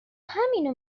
همینو